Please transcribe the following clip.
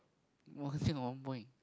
!wah! here got one point